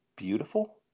beautiful